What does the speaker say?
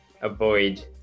Avoid